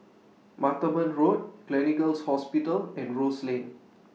Martaban Road Gleneagles Hospital and Rose Lane